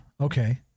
Okay